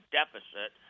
deficit